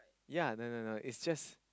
ya I know I know I know it's just